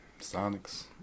Sonics